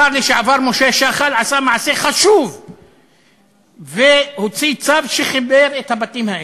השר לשעבר משה שחל עשה מעשה חשוב והוציא צו שחיבר את הבתים האלה.